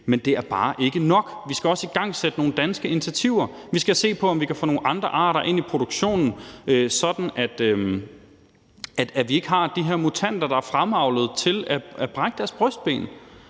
men det er bare ikke nok. Vi skal også igangsætte nogle danske initiativer. Vi skal se på, om vi kan få nogle andre arter ind i produktionen, sådan at vi ikke har de her mutanter, der er fremavlet til at brække deres brystben.